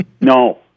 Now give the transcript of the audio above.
No